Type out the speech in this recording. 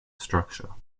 structure